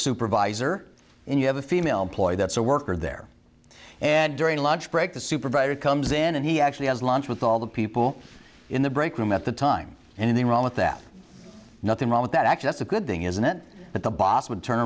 supervisor and you have a female employee that's a worker there and during a lunch break the supervisor comes in and he actually has lunch with all the people in the break room at the time and in the room with that nothing wrong with that act that's a good thing isn't it that the boss would turn